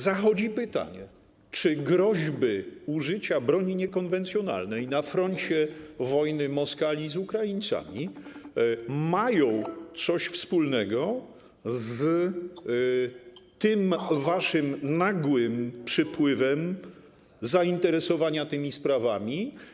Zachodzi pytanie: Czy groźby użycia broni niekonwencjonalnej na froncie wojny Moskali z Ukraińcami mają coś wspólnego z waszym nagłym przypływem zainteresowania tymi sprawami?